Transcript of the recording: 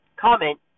Comment